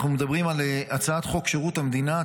אנחנו מדברים על הצעת חוק שירות המדינה,